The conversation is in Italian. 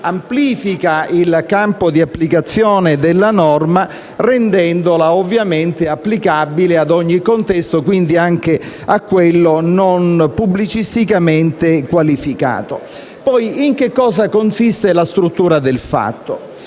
amplifica il campo di applicazione della norma, rendendola ovviamente applicabile ad ogni contesto, quindi anche a quello non pubblicisticamente qualificato. In che cosa consiste la struttura del fatto?